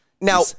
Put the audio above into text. Now